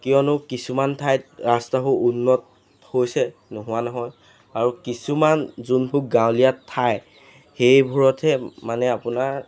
কিয়নো কিছুমান ঠাইত ৰাস্তাবোৰ উন্নত হৈছে নোহোৱা নহয় আৰু কিছুমান যোনবোৰ গাঁৱলীয়া ঠাই সেইবোৰতহে মানে আপোনাৰ